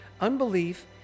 unbelief